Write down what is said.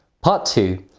part two,